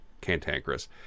cantankerous